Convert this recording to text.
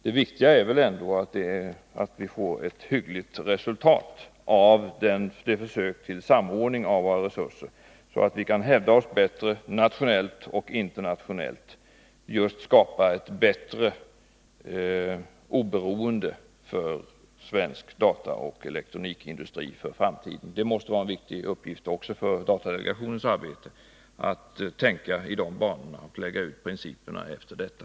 Det viktiga är att vi får ett hyggligt resultat av försöket till samordning av våra resurser så att vi kan hävda oss bättre nationellt och internationellt, skapa ett större oberoende för svensk dataoch elektronikindustri för framtiden. Det måste vara en viktig uppgift också för datadelegationen att tänka i de banorna och lägga upp principerna för detta.